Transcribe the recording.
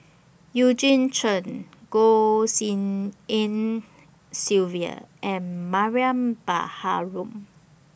Eugene Chen Goh Tshin En Sylvia and Mariam Baharom